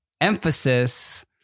emphasis